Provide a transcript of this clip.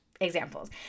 examples